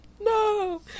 No